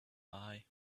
eye